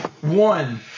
One